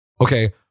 okay